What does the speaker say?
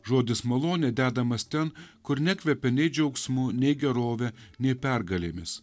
žodis malonė dedamas ten kur nekvepia nei džiaugsmu nei gerove nei pergalėmis